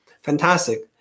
Fantastic